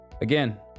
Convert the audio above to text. again